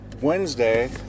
Wednesday